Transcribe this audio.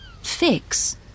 Fix